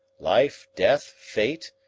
life, death, fate,